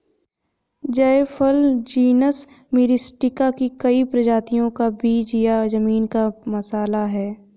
जायफल genus Myristica की कई प्रजातियों का बीज या जमीन का मसाला है